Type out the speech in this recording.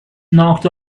knocked